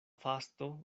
fasto